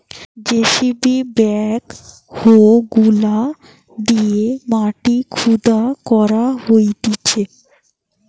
JCB backhoe গুলা দিয়ে মাটি খুদা করা হতিছে